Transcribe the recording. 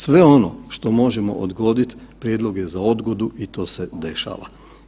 Sve ono što možemo odgoditi, prijedlog je za odgodu i to se dešava.